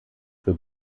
für